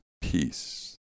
Peace